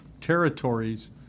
territories